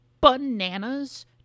bananas